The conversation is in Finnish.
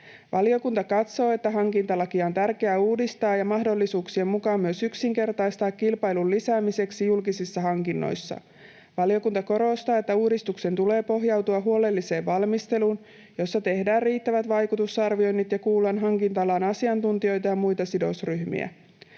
Valiokunta katsoo, että hankintalakia on tärkeää uudistaa ja mahdollisuuksien mukaan myös yksinkertaistaa kilpailun lisäämiseksi julkisissa hankinnoissa. Valiokunta korostaa, että uudistuksen tulee pohjautua huolelliseen valmisteluun, jossa tehdään riittävät vaikutusarvioinnit ja kuullaan hankinta-alan asiantuntijoita ja muita sidosryhmiä.